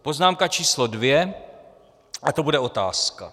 Poznámka č. 2 a to bude otázka.